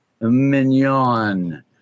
Mignon